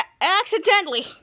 Accidentally